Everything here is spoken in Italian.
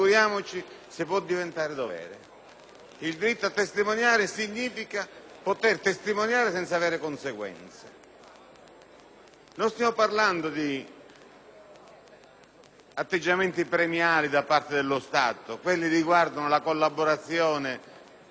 Non stiamo parlando di atteggiamenti premiali da parte dello Stato (che riguardano la collaborazione degli ex appartenenti alle organizzazioni criminali); stiamo facendo riferimento a persone che non devono essere premiate dallo Stato,